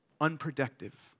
Unproductive